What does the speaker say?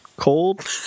Cold